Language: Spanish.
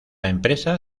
empresa